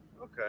Okay